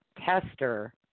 tester